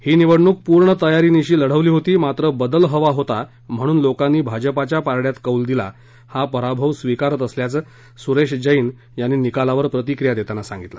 ही निवडणूक पूर्ण तयारीनिशी लढवली होती मात्र बदल हवा होता म्हणून लोकांनी भाजपाच्या पारङ्यात कौल दिला हा पराभव स्वीकारत असल्याचं सुरेश जैन यांनी निकालावर प्रतिक्रिया देताना सांगितलं